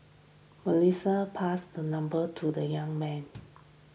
Melissa passed her number to the young man